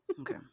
okay